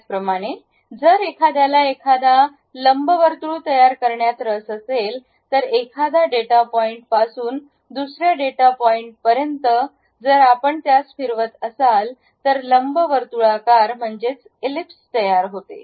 त्याचप्रमाणे जर एखाद्याला एखादा लंबवर्तुळ तयार करण्यात रस असेल तर एखादा डेटा पॉईंट पासून दुसऱ्या डेटा पॉईंट पर्यंत जर आपण त्यास फिरवत असाल तर लंबवर्तुळाकार म्हणजेच इलिप्स तयार होते